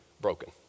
broken